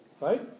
right